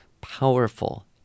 powerful